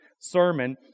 sermon